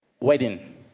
wedding